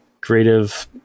creative